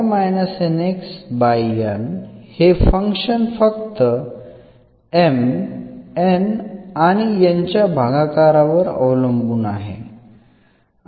तर इथे हे फंक्शन फक्त M N आणि N च्या भागाकारावर अवलंबून आहे